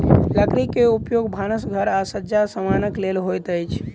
लकड़ी के उपयोग भानस घर आ सज्जा समानक लेल होइत अछि